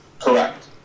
Correct